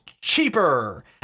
cheaper